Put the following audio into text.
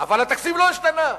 אבל התקציב לא השתנה.